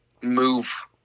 move